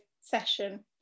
session